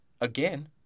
again